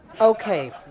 Okay